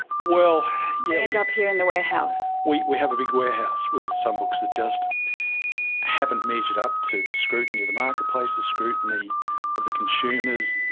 yeah end up here in the warehouse? we we have a big warehouse with some books that just haven't measured up to the scrutiny of the market place, the scrutiny of the consumers.